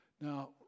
Now